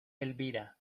elvira